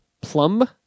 Plum